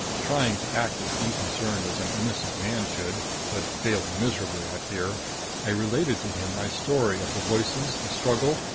trying to act as unconcerned as an innocent man should but failing miserably, i fear i related to him my story of the voices, the struggle,